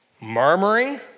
murmuring